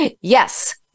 Yes